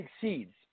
succeeds